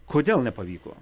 kodėl nepavyko